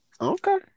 Okay